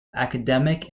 academic